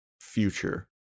future